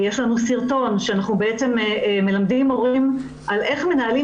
יש לנו סרטון שאנחנו מלמדים מורים איך מנהלים